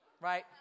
right